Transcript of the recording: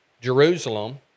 Jerusalem